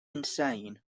insane